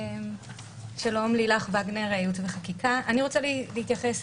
אני רוצה להתייחס,